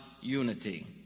unity